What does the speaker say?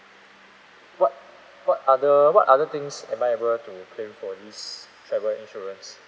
what what other what other things am I able to claim for this travel insurance